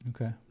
Okay